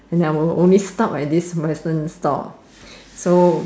and I will stop at this Western store